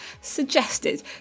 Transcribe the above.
suggested